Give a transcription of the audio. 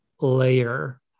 layer